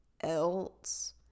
else